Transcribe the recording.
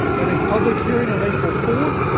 at a public hearing on april fourth,